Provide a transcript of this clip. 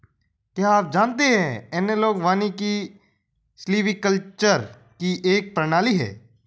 क्या आप जानते है एनालॉग वानिकी सिल्वीकल्चर की एक प्रणाली है